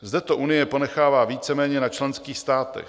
Zde to Unie ponechává víceméně na členských státech.